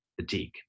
Fatigue